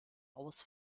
aus